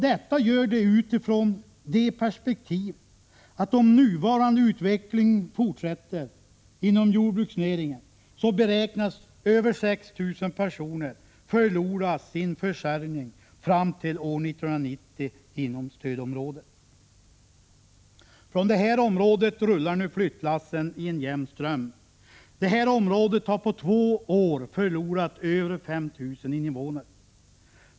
Detta gör de utifrån perspektivet att om nuvarande utveckling fortsätter inom jordbruksnäringen så beräknas över 6 000 personer förlora sin försörjning fram till år 1990 inom stödområdet. Från det här området rullar nu flyttlassen i en jämn ström. Området har på två år förlorat över 5 000 innevånare.